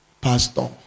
pastor